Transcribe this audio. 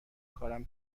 کارم